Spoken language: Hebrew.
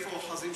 איפה אוחזים,